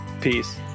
Peace